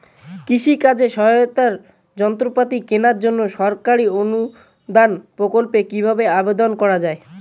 কৃষি কাজে সহায়তার যন্ত্রপাতি কেনার জন্য সরকারি অনুদান প্রকল্পে কীভাবে আবেদন করা য়ায়?